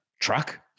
truck